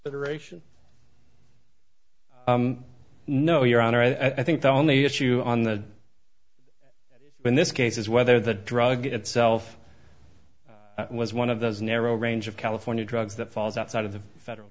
that aeration no your honor i think the only issue on that in this case is whether the drug itself was one of those narrow range of california drugs that falls outside of the federal